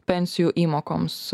pensijų įmokoms